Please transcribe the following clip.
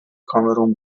کامرون